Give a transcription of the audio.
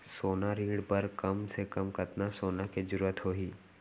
सोना ऋण बर कम से कम कतना सोना के जरूरत होही??